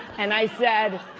and i said,